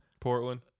Portland